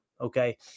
Okay